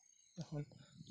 এখন